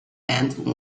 dent